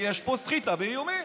יש פה סחיטה באיומים.